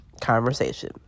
conversation